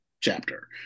chapter